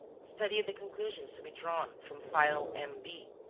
studied the conclusions to be drawn from file m. b,